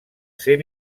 ser